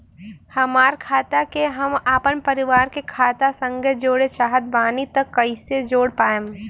हमार खाता के हम अपना परिवार के खाता संगे जोड़े चाहत बानी त कईसे जोड़ पाएम?